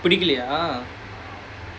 பிடிக்கலையா:pidikkalaiyaa